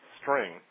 string